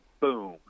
boom